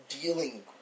dealing